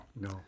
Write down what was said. No